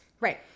Right